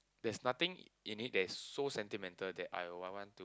there's nothing in it that's so sentimental that I'll I want to